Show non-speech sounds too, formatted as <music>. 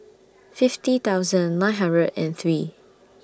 <noise> fifty thousand nine hundred and three